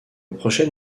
prochain